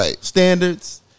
standards